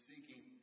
Seeking